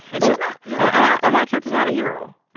and she's not yeah and my character's not a hero.